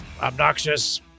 obnoxious